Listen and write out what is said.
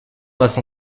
passe